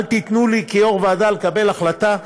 אל תיתנו לי כיו"ר ועדה לקבל החלטה.